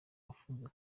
afunzwe